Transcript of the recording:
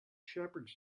shepherds